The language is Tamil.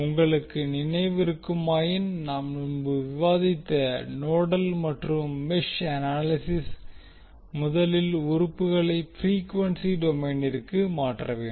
உங்களுக்கு நினைவிருக்குமாயின் நாம் முன்பு விவாதித்த நோடல் மற்றும் மெஷ் அனாலிசிஸில் முதலில் உறுப்புக்களை ப்ரீக்வென்சி டொமைனிற்கு மாற்றவேண்டும்